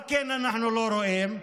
מה אנחנו לא רואים?